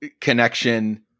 connection